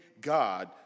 God